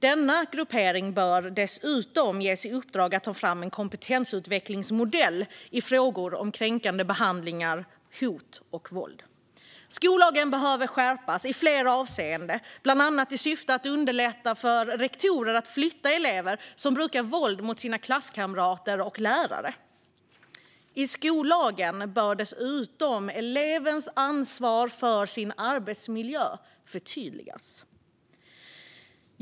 Denna gruppering bör dessutom ges i uppdrag att ta fram en kompetensutvecklingsmodell i frågor om kränkande behandling, hot och våld. Skollagen behöver skärpas i flera avseenden, bland annat i syfte att underlätta för rektorer att flytta elever som brukar våld mot sina klasskamrater och lärare. I skollagen bör dessutom elevens ansvar för sin arbetsmiljö förtydligas.